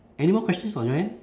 any more questions on your end